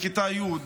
בכיתה י',